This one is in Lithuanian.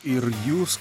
ir jūs